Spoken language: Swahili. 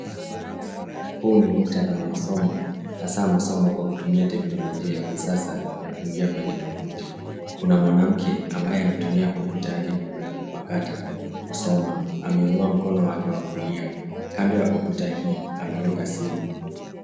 Huu ni mukhtadha wa masomo hasa masomo kupitia teknolojia ya kisasa ya kuingia kwenye tovuti. Kuna mwanamke ambaye anatumia kompyuta yake ndogo ya kupakata kusoma. Ameinua mkono wake wa kulia. Kando ya kompyuta hii, ameweka simu.